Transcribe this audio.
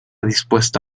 dispuesta